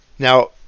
Now